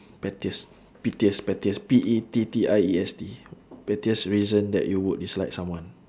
pettiest pettiest pettiest P E T T I E S T pettiest reason that you would dislike someone